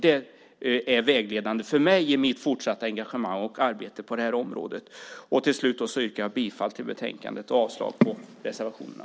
Det är vägledande för mig i mitt fortsatta engagemang och arbete på det här området. Till slut yrkar jag bifall till utskottets förslag i betänkandet och avslag på reservationerna.